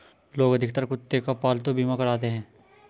लोग अधिकतर कुत्ते का पालतू बीमा कराते हैं